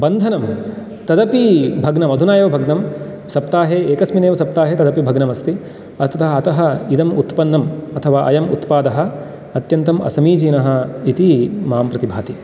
बन्धनं तदपि भग्नम् अधुना एव भग्नं सप्ताहे एकस्मिन् एव सप्ताहे तदपि भग्नमस्ति अतः इदम् उत्पन्नम् अथवा अयम् उत्पादः अत्यन्तम् असमीचीनः इति मां प्रतिभाति